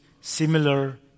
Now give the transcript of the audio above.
similar